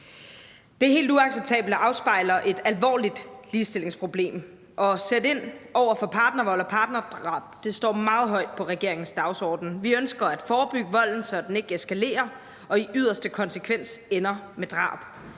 er helt uacceptabelt og afspejler et alvorligt ligestillingsproblem. At sætte ind over for partnervold og partnerdrab står meget højt på regeringens dagsorden. Vi ønsker at forebygge volden, så den ikke eskalerer og i yderste konsekvens ender med drab.